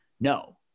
No